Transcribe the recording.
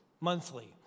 monthly